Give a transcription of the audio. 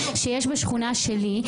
שיש בשכונה שלי.